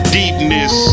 deepness